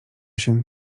się